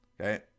Okay